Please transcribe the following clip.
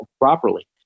properly